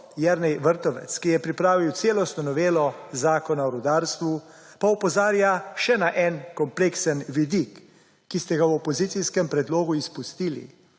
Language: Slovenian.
Jernej Vrtovec, ki je pripravil celostno novelo Zakona o rudarstvu, pa opozarja še na en kompleksen vidik, ki ste ga v opozicijskem predlogu izpustili,